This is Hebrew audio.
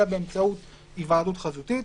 אלא באמצעות היוועדות חזותית,